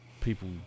people